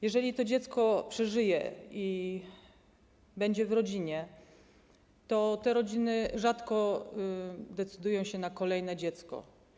Jeżeli to dziecko przeżywa i jest w rodzinie, to ta rodzina rzadko decyduje się na kolejne dziecko.